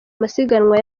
amasiganwa